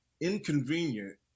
inconvenient